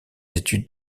études